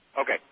Okay